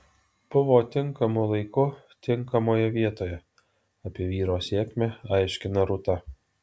buvo tinkamu laiku tinkamoje vietoje apie vyro sėkmę aiškina rūta